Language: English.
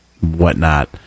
whatnot